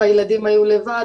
הילדים היו לבד,